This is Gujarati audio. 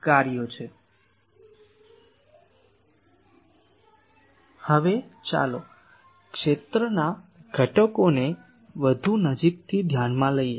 Refer Slide Time 1258 હવે ચાલો ક્ષેત્રના ઘટકોને વધુ નજીકથી ધ્યાનમાં લઈએ